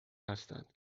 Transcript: هستند